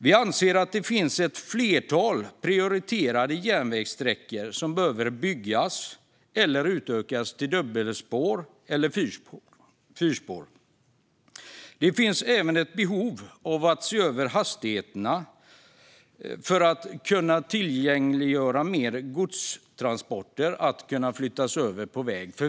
Vi anser att det finns ett flertal prioriterade järnvägssträckor som behöver byggas eller utökas till dubbelspår eller fyrspår. Det finns även ett behov av att se över hastigheterna för att kunna möjliggöra för fler godstransporter att flyttas över.